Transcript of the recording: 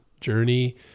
journey